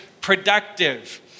productive